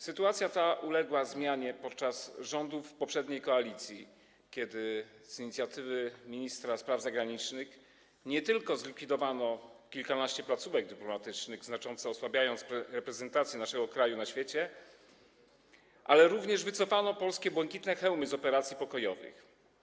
Sytuacja ta uległa zmianie za czasów rządów poprzedniej koalicji, kiedy z inicjatywy ministra spraw zagranicznych nie tylko zlikwidowano kilkanaście placówek dyplomatycznych, znacząco osłabiając reprezentację naszego kraju na świecie, ale również wycofano polskie błękitne hełmy z operacji pokojowych.